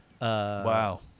wow